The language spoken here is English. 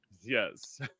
Yes